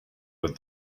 with